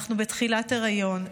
אנחנו בתחילת היריון.